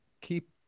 keep